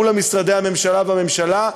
מול משרדי הממשלה והממשלה,